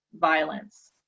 violence